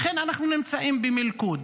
לכן אנחנו נמצאים במלכוד.